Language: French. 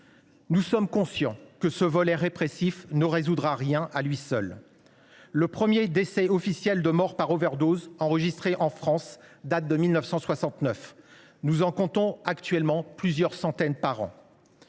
nous sommes conscients que le volet répressif ne résoudra rien à lui seul. Le premier décès officiel par overdose enregistré en France date de 1969. Nous en comptons actuellement plusieurs centaines par an.